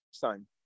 time